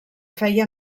feia